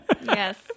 Yes